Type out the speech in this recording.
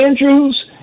Andrews